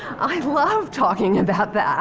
i love talking about that.